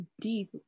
deep